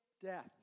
death